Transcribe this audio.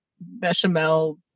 Bechamel